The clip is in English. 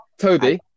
Toby